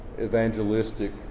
evangelistic